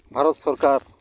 ᱵᱷᱟᱨᱚᱛ ᱥᱚᱨᱠᱟᱨ